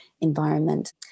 environment